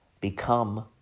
become